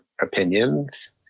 opinions